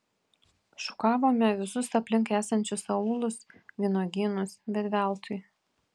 šukavome visus aplink esančius aūlus vynuogynus bet veltui